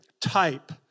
type